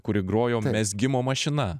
kuri grojo mezgimo mašina